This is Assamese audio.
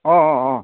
অঁ অঁ অঁ